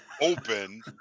open